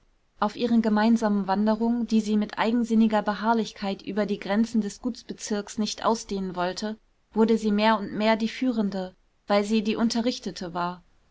auf ihren gemeinsamen wanderungen die sie mit eigensinniger beharrlichkeit über die grenzen des gutsbezirks nicht ausdehnen wollte wurde sie mehr und mehr die führende weil sie die unterrichtete war